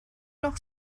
noch